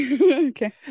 Okay